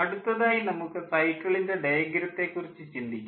അടുത്തതായി നമുക്ക് സൈക്കിളിൻ്റെ ഡയഗ്രത്തെ കുറിച്ച് ചിന്തിക്കാം